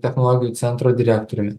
technologijų centro direktoriumi